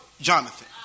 Jonathan